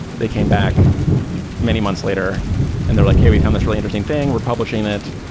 they came back many months later in they were like, hey, we found this really interesting thing. we're publishing it.